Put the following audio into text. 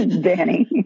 Danny